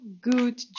good